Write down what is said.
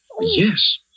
Yes